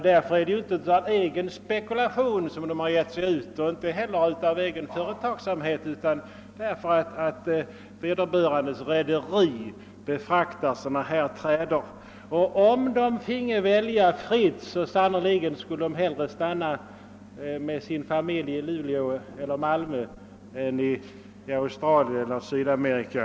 Det är inte av egen spekulation som de givit sig ut och inte heller av egen företagsamhet, utan det är därför att vederbörande rederi befraktar sådana här trader. Och om de finge välja fritt skulle de sannerligen hellre stanna med sin familj i Luleå eller Malmö än i Australien eller Sydamerika.